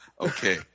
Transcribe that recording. Okay